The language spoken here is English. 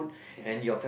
ya